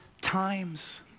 times